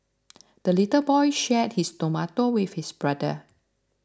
the little boy shared his tomato with his brother